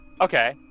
Okay